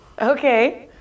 Okay